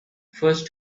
first